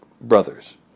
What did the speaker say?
brothers